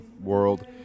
world